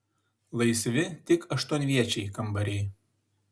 laisvi tik aštuonviečiai kambariai